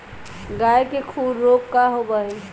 गाय के खुर रोग का होबा हई?